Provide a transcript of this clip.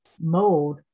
mode